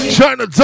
China